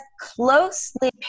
closely